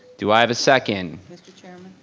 do i have a second? mr. chairman.